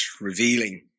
revealing